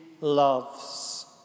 loves